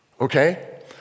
Okay